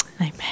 Amen